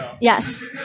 Yes